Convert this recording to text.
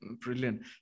Brilliant